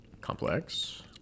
complex